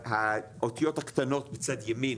האותיות הקטנות מצד ימין